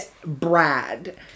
Brad